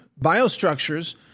biostructures